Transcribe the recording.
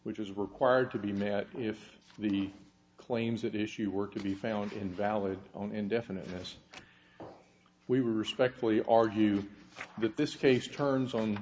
which is required to be met if the claims that issue work to be found invalid on indefiniteness we were respectful you argue that this case turns on